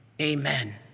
Amen